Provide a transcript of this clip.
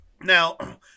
Now